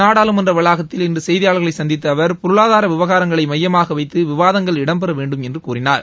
நாடாளுமன்ற வளாகத்தில் இன்று செய்தியாளர்களை சந்தித்த அவர் பொருளாதார விவகாரங்களை மையமாக வைத்து விவாதங்கள் இடம்பெற வேண்டும் என்று கூறினார்